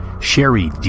Sherry